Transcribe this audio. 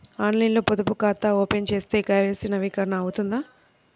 ఆన్లైన్లో పొదుపు ఖాతా ఓపెన్ చేస్తే కే.వై.సి నవీకరణ అవుతుందా?